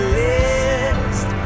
list